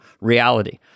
reality